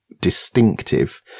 distinctive